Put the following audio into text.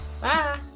Bye